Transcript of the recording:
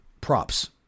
props